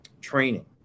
training